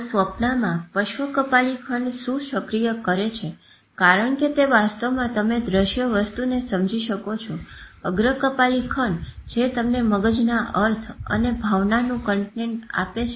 તો સ્વપ્નમાં પશ્ચ કપાલી ખંડ શું સક્રિય કરે છે કારણ કે તે વાસ્તવમાં તમે દ્રશ્ય વસ્તુને સમજી શકો છો અગ્ર કપાલી ખંડ જે તમને મગજના અર્થ અને ભાવનાનું કન્ટેન્ટ આપે છે